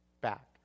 back